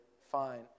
fine